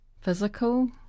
physical